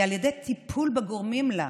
היא על ידי טיפול בגורמים לה.